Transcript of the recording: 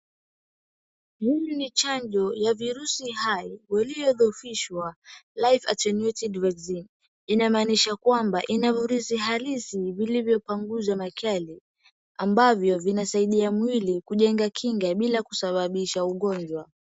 Hii ni chanjo ya virusi hai, waliodhoofishwa. Life attenuted rexin inamaanisha kwamba ina virusi halisi vilivyopunguzwa makali ambavyo vinasaidia mwili kujenga kinga bila kusababisha ugonjwa.